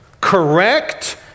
correct